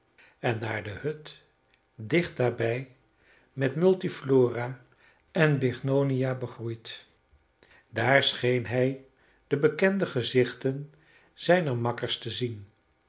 en naar de hut dicht daarbij met multiflora en bignonia begroeid daar scheen hij de bekende gezichten zijner makkers te zien